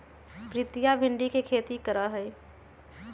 प्रीतिया भिंडी के खेती करा हई